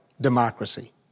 democracy